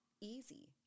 easy